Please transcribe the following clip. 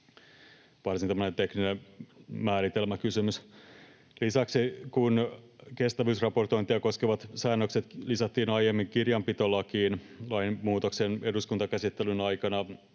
varsin tekninen määritelmäkysymys. Lisäksi, kun kestävyysraportointia koskevat säännökset lisättiin aiemmin kirjanpitolakiin, lainmuutoksen eduskuntakäsittelyn aikana